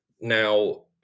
Now